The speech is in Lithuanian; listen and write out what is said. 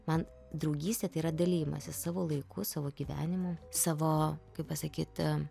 man draugystė tai yra dalijimasis savo laiku savo gyvenimu savo kaip pasakyt